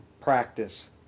practice